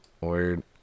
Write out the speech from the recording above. weird